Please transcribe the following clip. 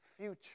future